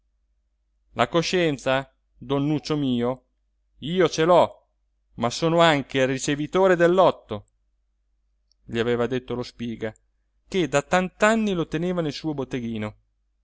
la coscienza don nuccio mio io ce l'ho ma sono anche ricevitore del lotto gli aveva detto lo spiga che da tant'anni lo teneva nel suo botteghino